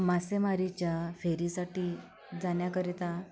मासेमारीच्या फेरीसाठी जाण्याकरिता